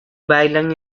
bailan